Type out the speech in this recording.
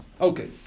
Okay